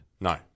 No